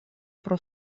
pro